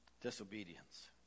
Disobedience